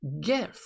gift